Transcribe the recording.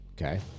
Okay